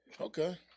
Okay